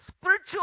Spiritual